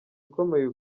ukomeye